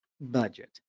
budget